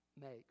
makes